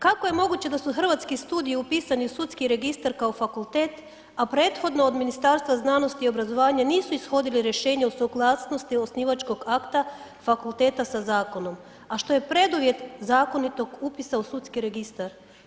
Kako je moguće da su Hrvatski studiji upisani u sudski registar kao fakultet, a prethodno od Ministarstva znanosti i obrazovanja nisu ishodili rješenje o suglasnosti osnivačkog akta fakulteta sa zakonom, a što je preduvjet zakonitog upisa u sudski registar?